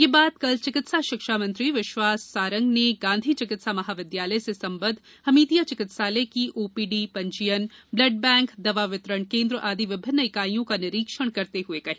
यह बात कल चिकित्सा शिक्षा मंत्री विश्वास कैलाश सारंग ने गांधी चिकित्सा महाविद्यालय से संबद्व हमीदिया चिकित्सालय की ओपी डी पंजीयन ब्लड बैंक दवा वितरण केन्द्र आदि विभिन्न इकाइयों का निरीक्षण करते हुए कही